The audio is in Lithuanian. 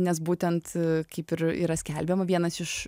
nes būtent kaip ir yra skelbiama vienas iš